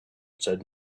said